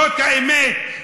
זאת האמת,